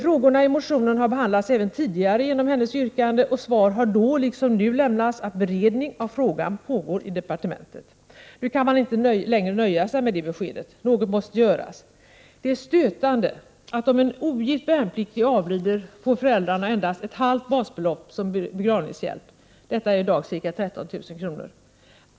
Frågorna i motionen har på grund av hennes yrkande behandlats även tidigare, och svaret har då liksom nu blivit att beredning av frågan pågår i departementet. Nu kan man inte längre nöja sig med det beskedet. Något måste göras. Det är stötande, att om en ogift värnpliktig avlider, får föräldrarna endast ett halvt basbelopp som begravningshjälp. Detta är i dag ca 13 000 kr.